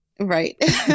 Right